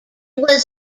was